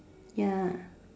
ya